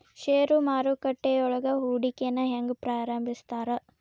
ಷೇರು ಮಾರುಕಟ್ಟೆಯೊಳಗ ಹೂಡಿಕೆನ ಹೆಂಗ ಪ್ರಾರಂಭಿಸ್ತಾರ